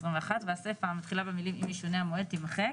והסיפא המתחיל במילים 'אם ישונה המועד' תימחק.